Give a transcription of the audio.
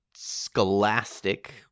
scholastic